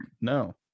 No